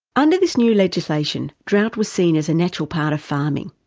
under this new legislation, drought was seen as a natural part of farming.